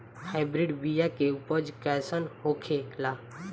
Hybrid बीया के उपज कैसन होखे ला?